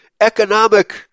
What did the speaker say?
economic